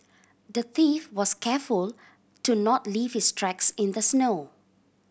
the thief was careful to not leave his tracks in the snow